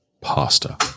pasta